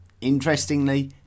Interestingly